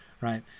right